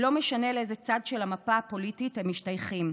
ולא משנה לאיזה צד של המפה הפוליטית הם משתייכים,